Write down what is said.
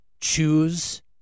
choose